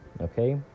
Okay